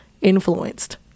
influenced